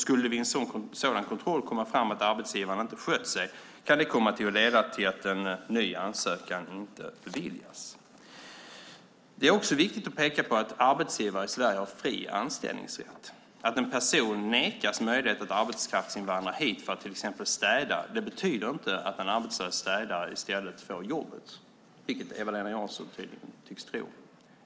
Skulle det vid en sådan kontroll komma fram att arbetsgivaren inte har skött sig kan det komma att leda till att en ny ansökan inte beviljas. Det är också viktigt att peka på att arbetsgivare i Sverige har fri anställningsrätt. Att en person nekas möjlighet att arbetskraftsinvandra hit för att till exempel städa betyder inte att en arbetslös städare i stället får jobbet, vilket Eva-Lena Jansson tydligen tycks tro.